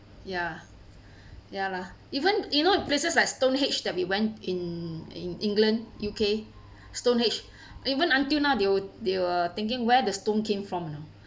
ya ya lah even you know places like stonehenge that we went in in england U_K stonehenge even until now they were they were thinking where the stone came from